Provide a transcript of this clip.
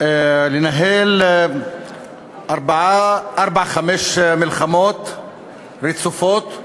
לנהל ארבע-חמש מלחמות רצופות,